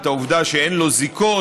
את העובדה שאין לו זיקות,